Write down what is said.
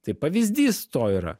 tai pavyzdys to yra